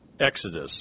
Exodus